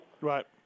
Right